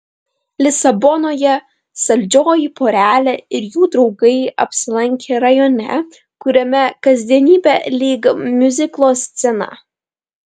lisabonoje saldžioji porelė ir jų draugai apsilankė rajone kuriame kasdienybė lyg miuziklo scena